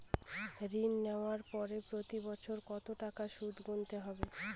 ঋণ নেওয়ার পরে প্রতি বছর কত টাকা সুদ গুনতে হবে?